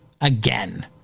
again